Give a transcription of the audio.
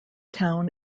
town